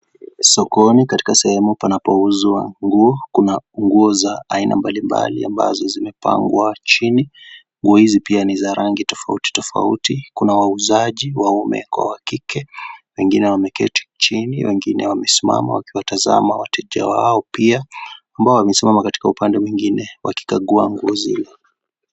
Sokoni katika sehumu panapouzwa nguo kuna nguo za aina mbalimbali ambazo zimepangwa chini, nguo hizi pia ni za rangi tofauti tofauti kuna wauzaji waume kwa wakike, wengine wameketi chini wengine wamesimama wakiwatazama wateja wao pia ambao wamesimama katika upande mwingine wakikagua nguo zile.